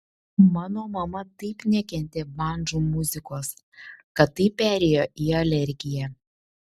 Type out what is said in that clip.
mano mama taip nekentė bandžų muzikos kad tai perėjo į alergiją